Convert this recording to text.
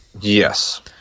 Yes